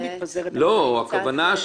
אני חושבת שכשהכנסת מתפזרת --- הכוונה היא